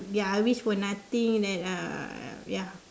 ya I wish for nothing that uh ya